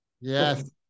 Yes